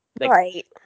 right